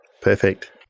Perfect